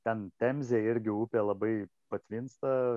ten temzė irgi upė labai patvinsta